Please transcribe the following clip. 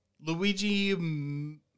Luigi